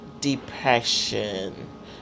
depression